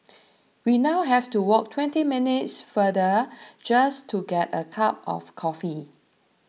we now have to walk twenty minutes farther just to get a cup of coffee